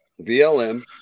BLM